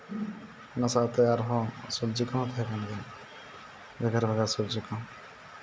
ᱚᱱᱟ ᱥᱟᱶᱛᱮ ᱟᱨᱦᱚᱸ ᱥᱚᱵᱡᱤ ᱠᱚᱦᱚᱸ ᱛᱟᱦᱮᱱ ᱜᱮᱭᱟ ᱫᱷᱮᱫᱮᱨ ᱢᱮᱫᱮᱨ ᱥᱚᱵᱡᱤ ᱠᱚᱦᱚᱸ